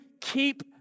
keep